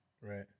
Right